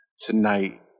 tonight